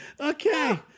okay